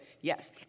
Yes